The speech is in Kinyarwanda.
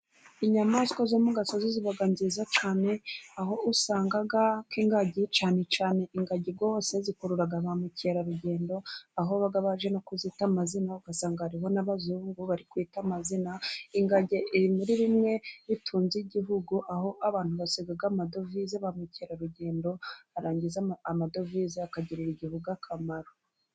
Inyamaswa zo mu gasozi ziba nziza cyane aho usanga nk'ingagi cyane cyane, ingagi rwose zikurura ba mukerarugendo aho baba baje no kuzita amazina ugasanga hariho n'abazungu bari kwita amazina. Ingagi iri muri bimwe bitunze igihugu aho abantu basiga amadovize ba mukerarugendo, barangiza amadovize akagirira igihugu akamaro.